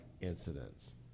incidents